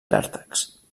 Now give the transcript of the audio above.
vèrtexs